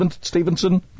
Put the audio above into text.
Stevenson